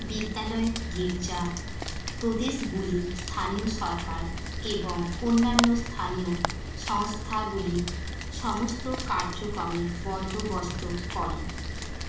বিদ্যালয় গির্জা প্রদেশগুলির স্থানীয় সরকার এবং অন্যান্য স্থানীয় সংস্থাগুলি সমস্ত কার্যক্রমের বন্দোবস্ত করে